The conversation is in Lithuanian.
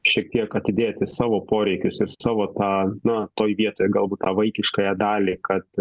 šiek tiek atidėti savo poreikius ir savo tą na toj vietoj galbūt tą vaikiškąją dalį kad